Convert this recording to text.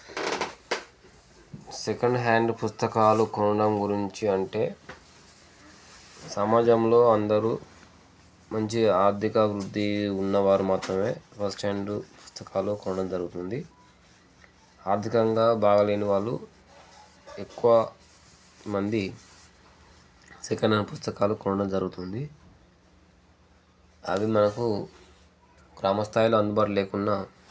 second hand పుస్తకాలు కొనడం గురించి అంటే సమాజంలో అందరూ మంచి ఆర్థిక అభివృద్ధి ఉన్నవారు మాత్రమే ఫస్ట్ హ్యాండు పుస్తకాలు కొనడం జరుగుతుంది ఆర్థికంగా బాగలేని వాళ్ళు ఎక్కువ మంది సెకండ్ హ్యాండ్ పుస్తకాలు కొనడం జరుగుతుంది అది మనకు గ్రామ స్థాయిలో అందుబాటులో లేకున్నా